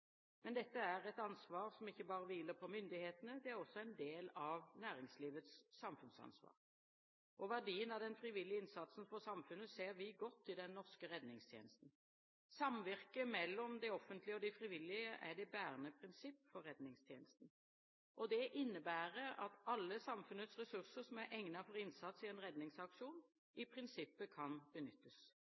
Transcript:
Men dette er et ansvar som ikke bare hviler på myndighetene – det er også en del av næringslivets samfunnsansvar. Verdien av den frivillige innsatsen for samfunnet ser vi godt i den norske redningstjenesten. Samvirke mellom det offentlige og de frivillige er det bærende prinsipp for redningstjenesten. Det innebærer at alle samfunnets ressurser som er egnet for innsats i en redningsaksjon, i prinsippet kan benyttes.